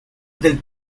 del